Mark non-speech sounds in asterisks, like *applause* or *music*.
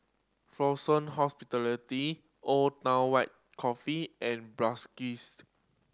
Fraser Hospitality Old Town White Coffee and *unintelligible*